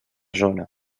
zona